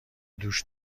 دوش